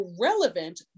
relevant